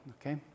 okay